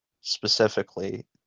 specifically